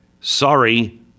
sorry